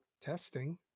Testing